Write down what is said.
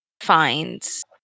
finds